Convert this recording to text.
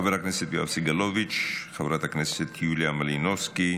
חבר הכנסת יואב סגלוביץ'; חברת הכנסת יוליה מלינובסקי,